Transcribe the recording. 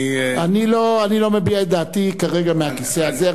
אני לא מביע את דעתי כרגע מהכיסא הזה.